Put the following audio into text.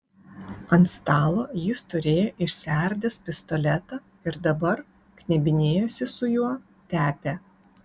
ant stalo jis turėjo išsiardęs pistoletą ir dabar knebinėjosi su juo tepė